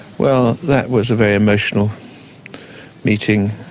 well, that was a very emotional meeting.